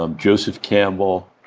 um joseph campbell,